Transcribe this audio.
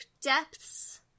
Depths